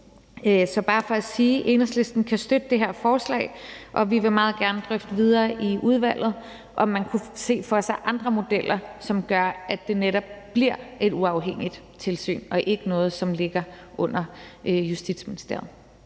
er bare for at sige: Enhedslisten kan støtte det her forslag, og vi vil meget gerne drøfte videre i udvalget, om man kunne se andre modeller for sig, som gør, at det netop bliver et uafhængigt tilsyn og ikke noget, som ligger under Justitsministeriet.